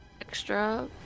extra